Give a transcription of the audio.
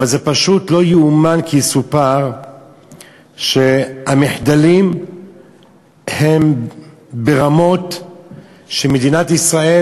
אבל זה פשוט לא יאומן כי יסופר שהמחדלים הם ברמות שמדינת ישראל,